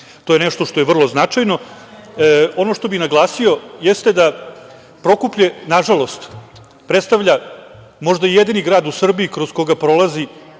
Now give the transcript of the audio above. To je nešto što je vrlo značajno. Ono što bih naglasio jeste da Prokuplje, nažalost, predstavlja možda jedini grad u Srbiji kroz koji prolazi